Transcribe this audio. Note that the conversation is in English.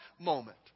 moment